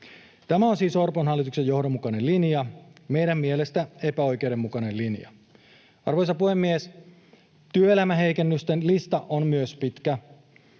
Tämä on siis Orpon hallituksen johdonmukainen linja, meidän mielestämme epäoikeudenmukainen linja. Arvoisa puhemies! Työelämäheikennysten lista on myös pitkä.